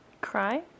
Cry